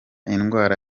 indwara